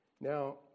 Now